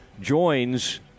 Joins